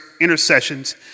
intercessions